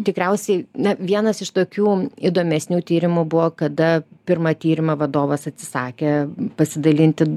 tikriausiai na vienas iš tokių įdomesnių tyrimų buvo kada pirmą tyrimą vadovas atsisakė pasidalinti